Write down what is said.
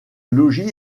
logis